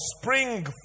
spring